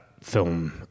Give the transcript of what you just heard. film